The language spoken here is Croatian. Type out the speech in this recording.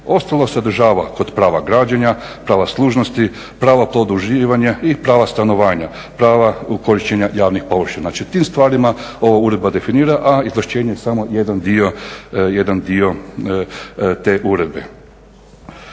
Ostalo sadržava kod prava građenja, prava služnosti, prava …/Govornik se ne razumije./… i prava stanovanja, prava korištenja javnih površina. Znači, tim stvarima ova uredba definira, a izvlaštenje samo jedan dio te uredbe.